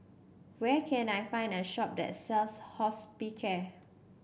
where can I find a shop that sells Hospicare